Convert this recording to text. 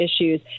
issues